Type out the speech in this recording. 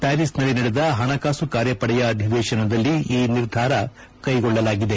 ಪ್ಕಾರಿಸ್ನಲ್ಲಿ ನಡೆದ ಹಣಕಾಸು ಕಾರ್ಯಪಡೆಯ ಅಧಿವೇಶನದಲ್ಲಿ ಈ ನಿರ್ಧಾರ ಕೈಗೊಳ್ಳಲಾಗಿದೆ